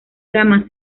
gamma